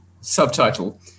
subtitle